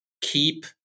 keep